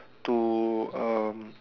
to um